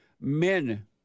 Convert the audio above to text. men